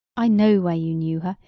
i know where you knew her.